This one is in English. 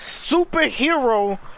superhero